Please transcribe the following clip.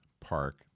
Park